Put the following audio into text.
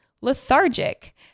lethargic